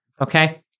Okay